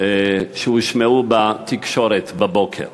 שהושמעו בתקשורת בבוקר.